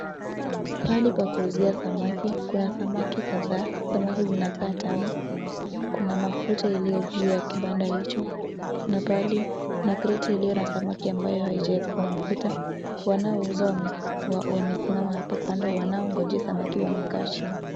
Pahali pakuzia samaki, kuna samaki kadhaa. Samaki zinakaa tamu. Kuna mafuta iliyo juu ya kibanda hicho. Kuna pahali, kuna kreti iliyo na samaki ambayo haijawekwa mafuta. Wanaouza wamesimama hapo kando, wanaongojea samaki wamekaa chini.